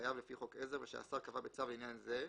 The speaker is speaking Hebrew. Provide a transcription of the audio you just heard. חייב לפי חוק עזר ושהשר קבע בצו לעניין זה,